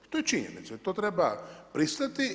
To je činjenica i to treba pristati.